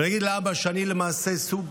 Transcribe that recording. ולהגיד לאבא שאני למעשה סוג,